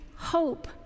hope